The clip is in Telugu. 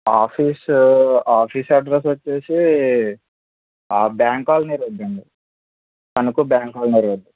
ఆఫీసు ఆఫీసు అడ్రస్ వచ్చేసి బ్యాంక్ కాలనీ రోడ్డు అండి తణుకు బ్యాంక్ కాలనీ రోడ్డు